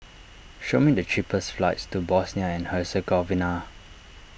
show me the cheapest flights to Bosnia and Herzegovina